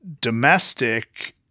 domestic